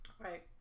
Right